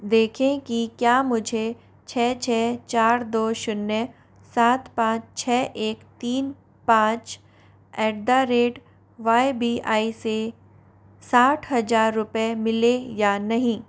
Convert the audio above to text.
देखें कि क्या मुझे छः छः चार दो शून्य सात पाँच छः एक तीन पाँच at the rate Y B L से सात हज़ार रुपये मिले या नहीं